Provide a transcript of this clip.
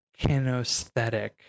Kinesthetic